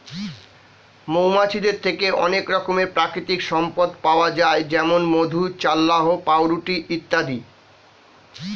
মৌমাছিদের থেকে অনেক রকমের প্রাকৃতিক সম্পদ পাওয়া যায় যেমন মধু, চাল্লাহ্ পাউরুটি ইত্যাদি